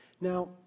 Now